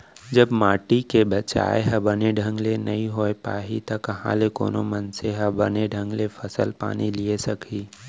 जब माटी के बचाय ह बने ढंग ले नइ होय पाही त कहॉं ले कोनो मनसे ह बने ढंग ले फसल पानी लिये सकही